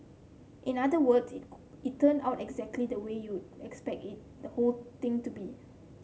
in other words it it turned out exactly the way you'd expect the whole thing to be